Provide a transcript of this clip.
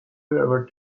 wherever